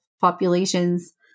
populations